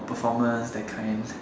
performance that kind